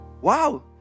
wow